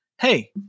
hey –